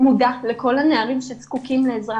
מודע לכל הנערים שזקוקים לעזרה,